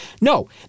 No